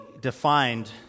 defined